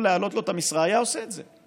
להעלות לו את המשרה הוא היה עושה את זה.